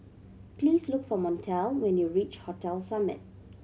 please look for Montel when you reach Hotel Summit